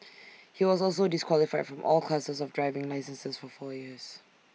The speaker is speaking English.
he was also disqualified from all classes of driving licenses for four years